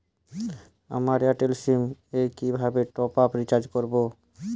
আমার Airtel SIM এ কিভাবে টপ আপ রিচার্জ করবো?